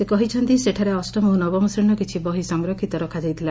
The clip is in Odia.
ସେ କହିଛନ୍ତି ସେଠାରେ ଅଷ୍ଟମ ଓ ନବମ ଶ୍ରେଶୀର କିଛି ବହି ସଂରକ୍ଷିତ ରଖାଯାଇଥିଲା